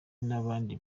n’abandi